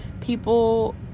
people